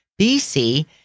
BC